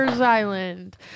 Island